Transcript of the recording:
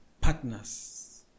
partners